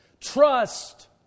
trust